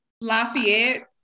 Lafayette